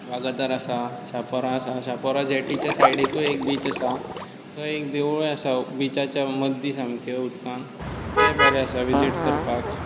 वागातोर आसा चापोरा आसा चापोरा जेटीच्या सायडीकूय एक बीच आसा थंय एक देवुळूय आसा बिचाच्या मद्दी सामकें उदकांत तेंय बरें आसा विसीट करपाक